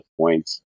points